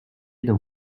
d’un